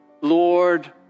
Lord